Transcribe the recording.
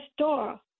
store